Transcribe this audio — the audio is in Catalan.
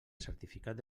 certificat